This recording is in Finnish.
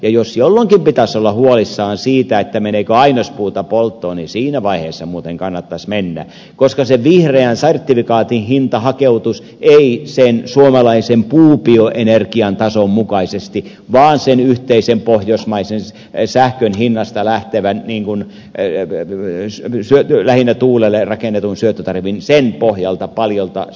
jos jolloinkin pitäisi olla huolissaan siitä meneekö ainespuuta polttoon niin siinä vaiheessa muuten kannattaisi olla koska sen vihreän sertifikaatin hinta hakeutuisi ei sen suomalaisen puubioenergian tason mukaisesti vaan sen yhteisen pohjoismaisen sähkön hinnasta lähtevän lähinnä tuulelle rakennetun syöttötariffin pohjalta paljolti se rakentuisi